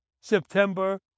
September